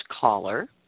caller